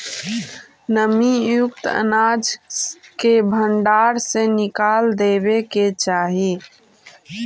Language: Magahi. नमीयुक्त अनाज के भण्डार से निकाल देवे के चाहि